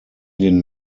den